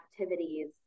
activities